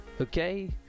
okay